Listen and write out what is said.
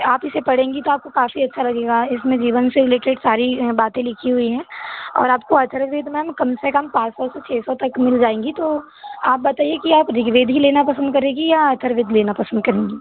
आप इसे पढ़ेंगी तो आपको काफ़ी अच्छा लगेगा इसमें जीवन से रिलेटेड सारी बातें लिखी हुई हैं और आपको अथर्ववेद मैम कम से कम पाँच सौ से छः सौ तक मिल जाएगी तो आप बताइए कि आप ऋग्वेद ही लेना पसंद करेंगी या अथर्ववेद लेना पसंद करेंगी